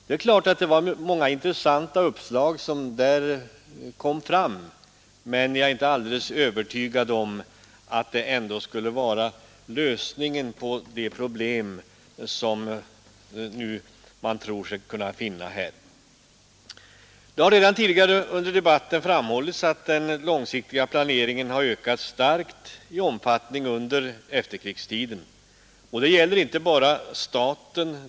Det är klart att vi fick många intressanta uppslag, men jag är inte alldeles övertygad om att dessa skulle utgöra lösningen på de problem som man nu tror sig finna här i Sverige. Det har redan tidigare under debatten framhållits att den långsiktiga planeringen har ökat starkt i omfattning under efterkrigstiden, och det gäller inte bara för statens del.